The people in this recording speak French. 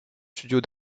studios